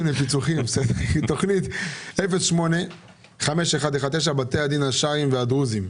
תכנית 08-51-19, בתי הדין השרעים והדרוזים.